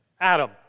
Adam